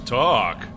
talk